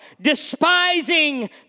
despising